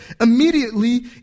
Immediately